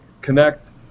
connect